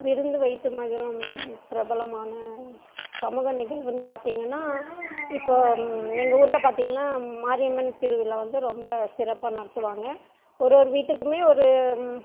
விருந்து வைத்து மகிழும் பிரபலமான சமூக நிகழ்வுன்னு பார்த்திங்கனா இப்போது எங்கள் ஊரில் பார்த்திங்ன்னா மாரியம்மன் திருவிழா வந்து ரொம்ப சிறப்பாக நடத்துவாங்க ஒரு ஒரு வீட்டுக்குமே ஒரு